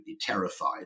terrified